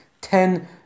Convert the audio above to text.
ten